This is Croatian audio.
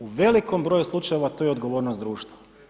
U velikom broju slučajeva to je odgovornost društva.